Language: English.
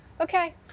Okay